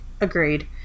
Agreed